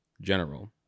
general